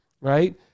right